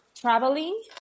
traveling